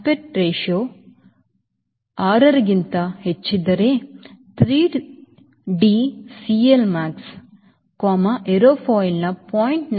aspect ratio 6 ಕ್ಕಿಂತ ಹೆಚ್ಚಿದ್ದರೆ 3d CLmax aerofoil ನ 0